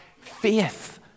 faith